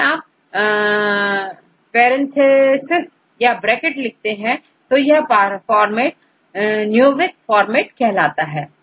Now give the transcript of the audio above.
यदि आप parentheses या ब्रैकेट लिखते हैं तो यह फॉर्मेट Newick format कहलाता है